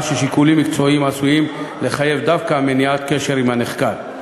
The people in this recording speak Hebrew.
ששיקולים מקצועיים עשויים לחייב דווקא מניעת קשר עם הנחקר,